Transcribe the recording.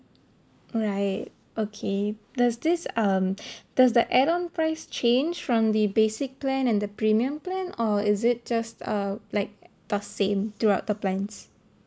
right okay there's this um does that add on price change from the basic plan and the premium plan or is it just uh like the same throughout the plans